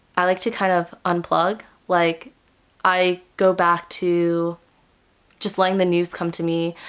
i like to kind of unplug. like i go back to just letting the news come to me.